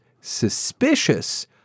suspicious